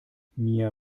mir